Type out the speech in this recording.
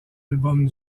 album